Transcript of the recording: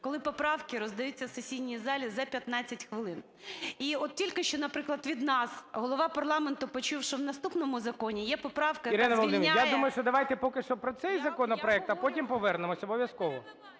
коли поправки роздаються в сесійній залі за 15 хвилин. І от тільки що, наприклад, від нас голова парламенту почув, що в наступному законі є поправка, яка звільняє… ГОЛОВУЮЧИЙ. Ірина Володимирівна, я думаю, що давайте поки що про цей законопроект, а потім повернемось обов'язково.